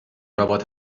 robert